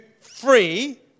free